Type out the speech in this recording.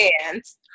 hands